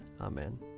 Amen